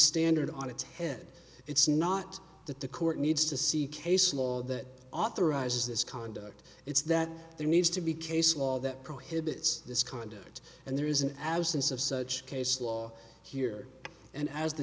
standard on its head it's not that the court needs to see case law that authorizes this conduct it's that there needs to be case law that prohibits this conduct and there is an absence of such case law here and as the